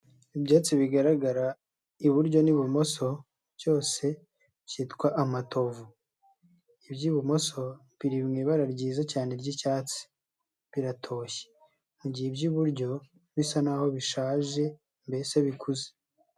ibyatsi bigaragara iburyo n'ibumoso byose byitwa amatovu. Iby'ibumoso biri mu ibara ryiza cyane ry'icyatsi, biratoshye. Mu gihe iby'iburyo bisa naho bishaje, mbese bikuze.